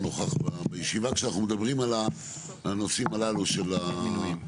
נוכח בישיבה כשאנחנו מדברים על הנושאים הללו של המינויים.